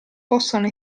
possono